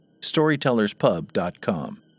storytellerspub.com